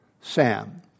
Sam